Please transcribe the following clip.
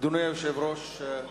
אדוני היושב-ראש,